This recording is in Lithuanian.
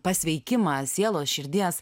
pasveikimą sielos širdies